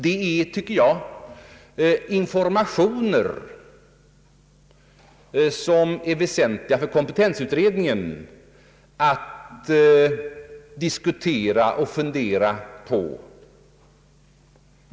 Jag tycker att detta är informationer, som det är väsentligt för kompetensutredningen att diskutera och fundera på.